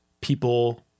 people